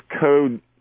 code